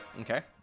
Okay